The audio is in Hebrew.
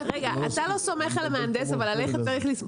רגע, אתה לא סומך על המהנדס, אבל עליך צריך לסמוך.